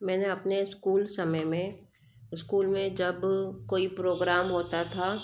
मैंने अपने स्कूल समय में स्कूल में जब कोई प्रोग्राम होता था